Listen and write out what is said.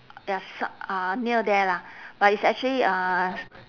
ya so~ uh near there lah but it's actually uh